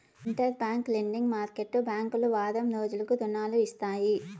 inter bank lending market బ్యాంకులు వారం రోజులకు రుణాలు ఇస్తాయి